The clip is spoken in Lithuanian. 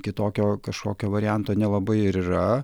kitokio kažkokio varianto nelabai ir yra